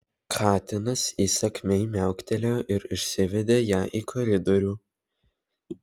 katinas įsakmiai miauktelėjo ir išsivedė ją į koridorių